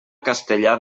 castellar